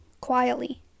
quietly